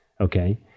Okay